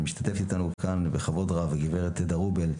משתתפת איתנו כאן בכבוד רב הגברת עדה רובל,